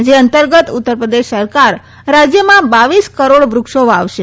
જે અંતર્ગત ઉત્તરપ્રદેશ સરકાર રા થમાં બાવીસ કરોડ વૃક્ષો વાવશે